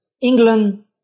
England